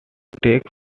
take